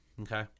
okay